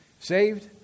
saved